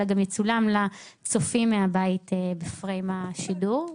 אלא גם יצולם לצופים מהבית בפריים השידור.